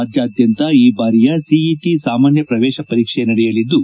ರಾಜ್ಯಾದ್ಯಂತ ಈ ಬಾರಿಯ ಸಿಇಟಿ ಸಾಮಾನ್ಯ ಪ್ರವೇಶ ಪರೀಕ್ಷೆ ನಡೆಯಲಿದ್ದು